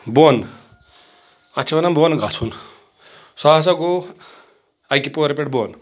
بۄن اتھ چھِ ونان بۄن گژھُن سُہ ہسا گوٚو اکہِ پوہرٕ پیٹھٕ بۄن